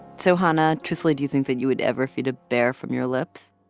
so, hanna, truthfully do you think that you would ever feed a bear from your lips?